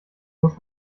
muss